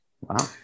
wow